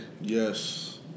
Yes